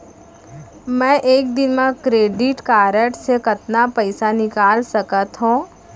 मैं एक दिन म क्रेडिट कारड से कतना पइसा निकाल सकत हो?